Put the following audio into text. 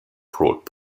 brought